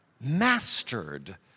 Mastered